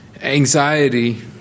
Anxiety